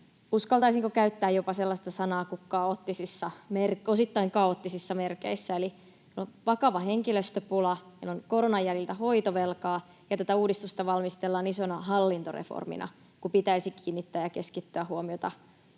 uskaltaisinko käyttää jopa sanaa ”kaoottinen” — osittain kaoottisissa merkeissä. Eli on vakava henkilöstöpula, meillä on koronan jäljiltä hoitovelkaa, ja tätä uudistusta valmistellaan isona hallintoreformina, kun pitäisi kiinnittää ja keskittää huomiota